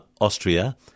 Austria